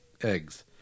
Eggs